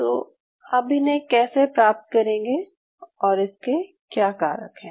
तो अब इन्हे कैसे प्राप्त करेंगे और इसके क्या कारक हैं